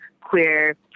queer